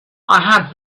had